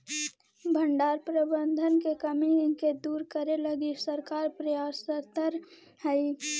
भण्डारण प्रबंधन के कमी के दूर करे लगी सरकार प्रयासतर हइ